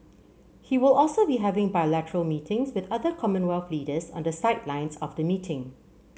he will also be having bilateral meetings with other Commonwealth leaders on the sidelines of the meeting